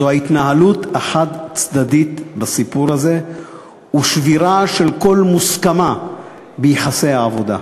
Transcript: וזה ההתנהלות החד-צדדית בסיפור הזה ושבירה של כל מוסכמה ביחסי העבודה.